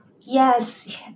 Yes